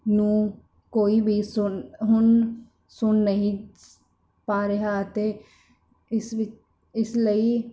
ਨੂੰ ਕੋਈ ਵੀ ਸੁਣ ਹੁਣ ਸੁਣ ਨਹੀਂ ਸ ਪਾ ਰਿਹਾ ਅਤੇ ਇਸ ਵਿਚ ਇਸ ਲਈ